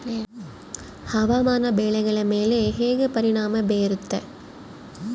ಹವಾಮಾನ ಬೆಳೆಗಳ ಮೇಲೆ ಹೇಗೆ ಪರಿಣಾಮ ಬೇರುತ್ತೆ?